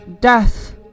death